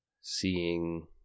seeing